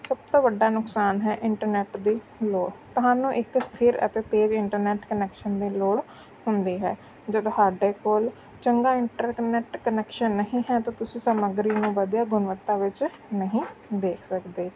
ਸਭ ਤੋਂ ਵੱਡਾ ਨੁਕਸਾਨ ਹੈ ਇੰਟਰਨੈੱਟ ਦੀ ਲੋੜ ਤੁਹਾਨੂੰ ਇੱਕ ਸਥਿਰ ਅਤੇ ਤੇਜ਼ ਇੰਟਰਨੈੱਟ ਕਨੈਕਸ਼ਨ ਦੀ ਲੋੜ ਹੁੰਦੀ ਹੈ ਜਦੋਂ ਸਾਡੇ ਕੋਲ ਚੰਗਾ ਇੰਟਰਕਨੈੱਟ ਕਨੈਕਸ਼ਨ ਨਹੀਂ ਹੈ ਤਾਂ ਤੁਸੀਂ ਸਮੱਗਰੀ ਨੂੰ ਵਧੀਆ ਗੁਣਵੱਤਾ ਵਿੱਚ ਨਹੀਂ ਦੇਖ ਸਕਦੇ